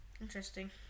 Interesting